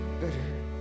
better